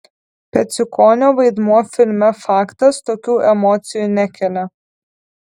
peciukonio vaidmuo filme faktas tokių emocijų nekelia